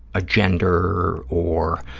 a gender or